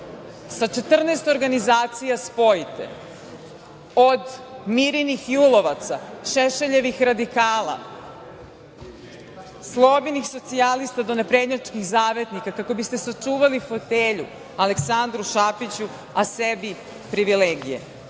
sa 14 organizacija spojite, od Mirinih julovaca, Šešeljevih radikala, Slobinih socijlaista do naprednjačkih zavetnika kako biste sačuvali fotelju Aleksandru Šapiću a sebi privilegije. Zbog